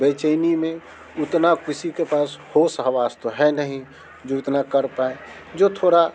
बेचैनी में उतना किसी के पास होश हवास तो है नहीं जो इतना कर पाए जो थोड़ा